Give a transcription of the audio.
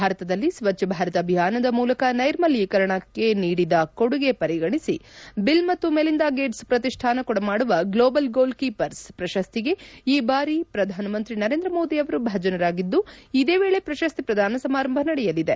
ಭಾರತದಲ್ಲಿ ಸ್ವಚ್ಛ ಭಾರತ್ ಅಭಿಯಾನದ ಮೂಲಕ ನೈರ್ಮಲ್ಕೀಕರಣಕ್ಕೆ ನೀಡಿದ ಕೊಡುಗೆ ಪರಿಗಣಿಸಿ ಬಿಲ್ ಮತ್ತು ಮೆಲಿಂದಾ ಗೇಟ್ಸ್ ಪ್ರತಿಷ್ಠಾನ ಕೊಡಮಾಡುವ ಗ್ಲೋಬಲ್ ಗೋಲ್ ಕೀಪರ್ಸ್ ಪ್ರಶಸ್ತಿಗೆ ಈ ಬಾರಿ ಪ್ರಧಾನಮಂತ್ರಿ ನರೇಂದ್ರ ಮೋದಿ ಅವರು ಭಾಜನರಾಗಿದ್ದು ಇದೇ ವೇಳೆ ಪ್ರಶಸ್ತಿ ಪ್ರದಾನ ಸಮಾರಂಭ ನಡೆಯಲಿದೆ